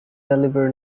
deliver